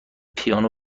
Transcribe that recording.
پیانو